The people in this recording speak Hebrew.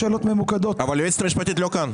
אבל היועצת המשפטית לא כאן.